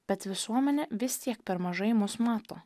bet visuomenė vis tiek per mažai mus mato